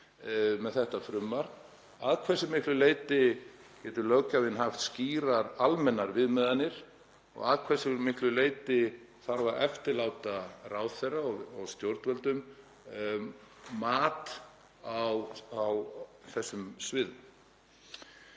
með þetta frumvarp. Að hversu miklu leyti getur löggjafinn haft skýrar almennar viðmiðanir og að hversu miklu leyti þarf að eftirláta ráðherra og stjórnvöldum mat á þessum sviðum?